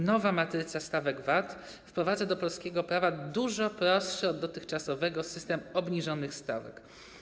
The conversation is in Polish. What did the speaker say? Nowa matryca stawek VAT wprowadza do polskiego prawa dużo prostszy od dotychczasowego system obniżonych stawek.